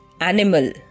animal